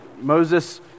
Moses